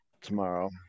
tomorrow